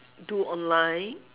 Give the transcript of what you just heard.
do online